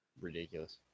ridiculous